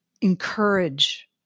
encourage